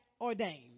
ordained